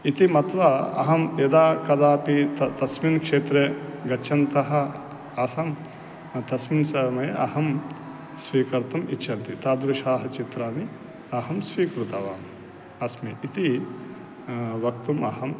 इति मत्वा अहं यदा कदापि त तस्मिन् क्षेत्रे गच्छन्तः आसं तस्मिन् समये अहं स्वीकर्तुम् इच्छन्ति तादृशाः चित्राणि अहं स्वीकृतवान् अस्मि इति वक्तुम् अहम्